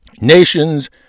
Nations